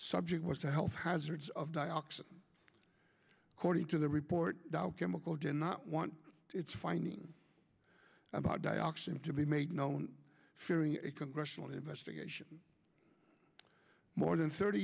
subject was the health hazards of dioxin according to the report dow chemical again not want its findings about dioxin to be made known fearing a congressional investigation more than thirty